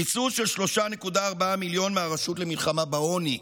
קיצוץ של 3.4 מיליון ש"ח מהרשות למלחמה בעוני.